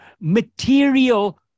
material